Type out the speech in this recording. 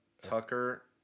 Tucker